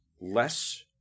less